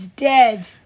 Dead